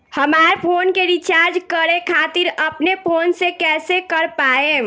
हमार फोन के रीचार्ज करे खातिर अपने फोन से कैसे कर पाएम?